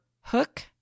hook